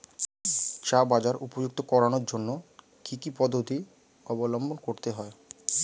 চা বাজার উপযুক্ত করানোর জন্য কি কি পদ্ধতি অবলম্বন করতে হয়?